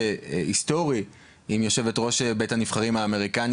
היסטורי עם יושבת ראש בית הנבחרים האמריקני